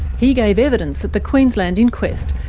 he gave evidence at the queensland inquest,